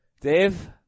Dave